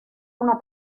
una